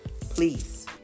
please